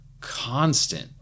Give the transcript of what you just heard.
constant